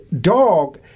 dog